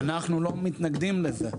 אנחנו לא מתנגדים לזה.